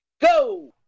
go